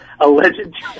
Alleged